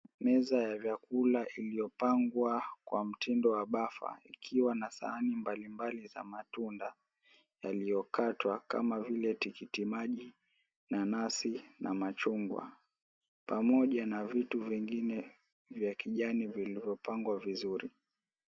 Meza ya vyakula iliyopangwa kwa mtindo wa bafa ikiwa na sahani mbalimbali za matunda yaliyokatwa kama vile tikiti maji, nanasi na machungwa pamoja na vitu vingine vya kijani vilivyopangwa vizuri.